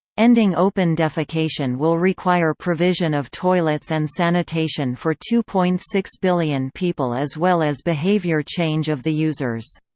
ending open defecation will require provision of toilets and sanitation for two point six billion people as well as behavior change of the users.